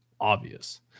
obvious